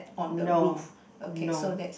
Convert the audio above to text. no